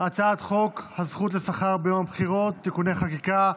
הצעת חוק הזכות לשכר ביום הבחירות (תיקוני חקיקה),